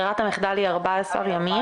ברירת המחדל היא 14 ימים,